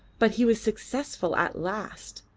but he was successful at last!